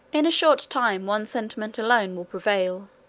in a short time one sentiment alone will prevail,